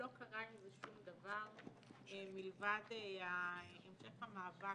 לא קרה עם זה שום דבר מלבד המשך המאבק